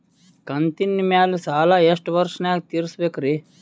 ಕಂತಿನ ಮ್ಯಾಲ ಸಾಲಾ ಎಷ್ಟ ವರ್ಷ ನ್ಯಾಗ ತೀರಸ ಬೇಕ್ರಿ?